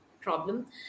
problem